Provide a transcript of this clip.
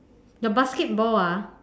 your basketball ah